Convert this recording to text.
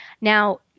Now